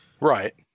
Right